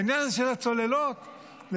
העניין הזה של הצוללות למצרים,